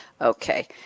Okay